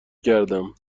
کردم